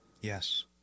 Yes